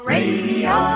Radio